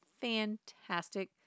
fantastic